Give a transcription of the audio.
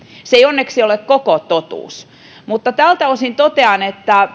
se ei onneksi ole koko totuus mutta tältä osin totean että